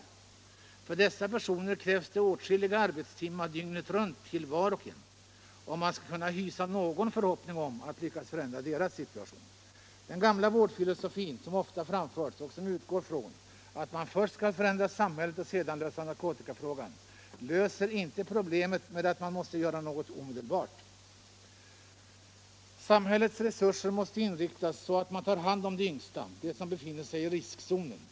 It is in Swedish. För var och en av dessa personer krävs det åtskilliga arbetstimmar dygnet runt om man skall kunna hysa någon förhoppning att lyckas förändra deras situation. Den gamla vårdfilosofin som ofta framförts och som utgår från att man först skall förändra samhället och sedan klara narkotikafrågan, löser inte problemet utan man måste göra något omedelbart. Samhällets resurser måste inriktas så att man tar hand om de yngsta, de som befinner sig i riskzonen.